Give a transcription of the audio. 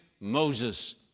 Moses